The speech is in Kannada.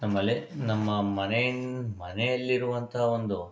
ನಮ್ಮಲ್ಲೇ ನಮ್ಮ ಮನೆಯಿಂದ ಮನೆಯಲ್ಲಿರುವಂತಹ ಒಂದು